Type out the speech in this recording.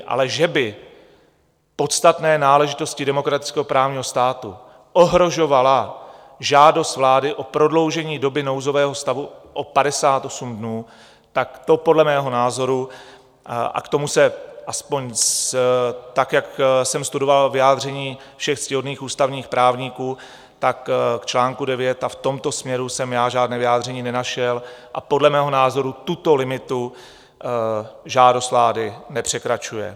Ale že by podstatné náležitosti demokratického právního státu ohrožovala žádost vlády o prodloužení doby nouzového stavu o 58 dnů, tak to podle mého názoru, a k tomu jsem aspoň, tak jak jsem studoval vyjádření všech ctihodných ústavních právníků k článku 9, v tomto směru žádné vyjádření nenašel, tak podle mého názoru tuto limitu žádost vlády nepřekračuje.